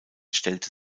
stellte